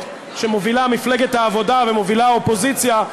שמובילה מפלגת העבודה ומובילה האופוזיציה,